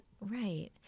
Right